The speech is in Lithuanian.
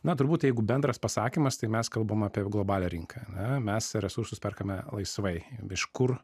na turbūt jeigu bendras pasakymas tai mes kalbam apie globalią rinką ane mes resursus perkame laisvai iš kur